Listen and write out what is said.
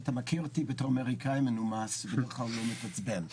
אתה מכיר אותי בתור אמריקאי מנומס ובדרך כלל לא מתעצבן,